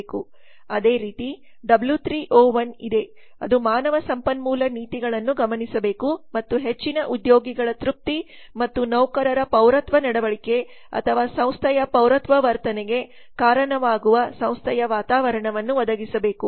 ಅದೇ ರೀತಿ W 3 O 1 ಇದೆ ಅದು ಮಾನವ ಸಂಪನ್ಮೂಲ ನೀತಿಗಳನ್ನು ಗಮನಿಸಬೇಕು ಮತ್ತು ಹೆಚ್ಚಿನ ಉದ್ಯೋಗಿಗಳ ತೃಪ್ತಿ ಮತ್ತು ನೌಕರರ ಪೌರತ್ವ ನಡವಳಿಕೆ ಅಥವಾ ಸಂಸ್ಥೆಯ ಪೌರತ್ವ ವರ್ತನೆಗೆ ಕಾರಣವಾಗುವ ಸಂಸ್ಥೆಯ ವಾತಾವರಣವನ್ನು ಒದಗಿಸಬೇಕು